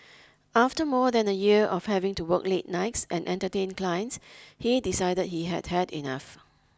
after more than a year of having to work late nights and entertain clients he decided he had had enough